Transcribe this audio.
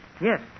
yes